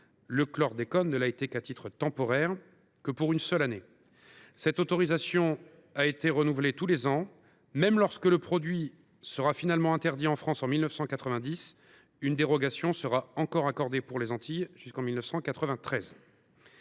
le chlordécone ne l’a été qu’à titre temporaire, pour une seule année. Cette autorisation a ensuite été renouvelée tous les ans. Même lorsque le produit a finalement été interdit en France, en 1990, une dérogation a encore été accordée pour les Antilles jusqu’en 1993